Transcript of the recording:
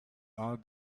are